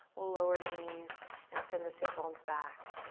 we'll lower the knees and send the sit bones back.